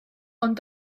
ond